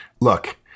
Look